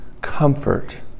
comfort